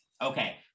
Okay